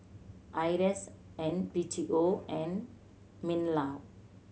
IRAS and B T O and MinLaw